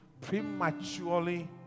prematurely